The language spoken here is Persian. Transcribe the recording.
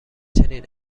چنین